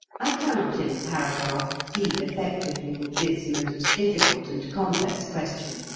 i cannot in a paragraph deal effectively with this most difficult and complex question.